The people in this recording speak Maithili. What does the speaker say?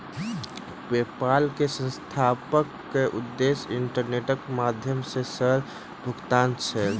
पेपाल के संस्थापकक उद्देश्य इंटरनेटक माध्यम सॅ सरल भुगतान छल